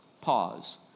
pause